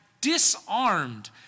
disarmed